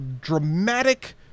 dramatic